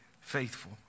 faithful